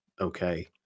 okay